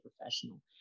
professional